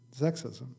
sexism